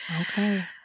Okay